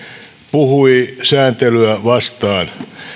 puhui sääntelyä vastaan